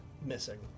missing